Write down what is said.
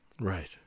Right